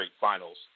finals